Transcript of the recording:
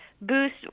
boost